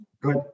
good